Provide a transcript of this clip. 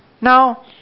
Now